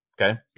Okay